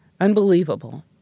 Unbelievable